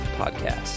podcast